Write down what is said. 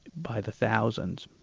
by the thousands,